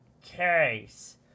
case